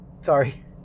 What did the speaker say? Sorry